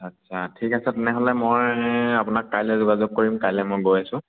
আচ্ছা ঠিক আছে তেনেহ'লে মই আপোনাক কাইলৈ যোগাযোগ কৰিম কাইলৈ মই গৈ আছোঁ